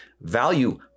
value